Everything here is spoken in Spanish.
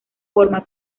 forma